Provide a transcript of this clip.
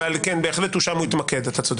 בהחלט שם הוא התמקד, אתה צודק.